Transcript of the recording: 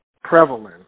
prevalent